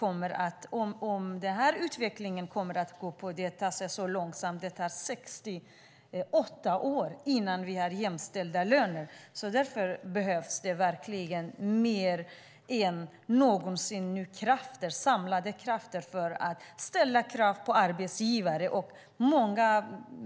Om utvecklingen går så här långsamt kommer det att ta 68 år innan vi har jämställda löner. Därför behövs det nu verkligen mer än någonsin samlade krafter för att ställa krav på arbetsgivare.